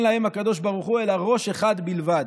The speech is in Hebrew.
להם הקדוש ברוך הוא אלא ראש אחד בלבד.